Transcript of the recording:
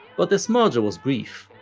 but this merger was brief,